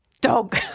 dog